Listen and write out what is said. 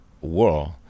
world